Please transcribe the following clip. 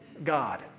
God